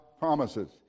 promises